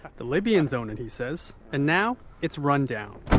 the libyans own it, he says. and now, it's rundown